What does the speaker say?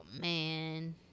man